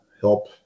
help